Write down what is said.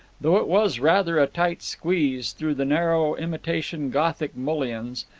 though it was rather a tight squeeze through the narrow imitation gothic mullions,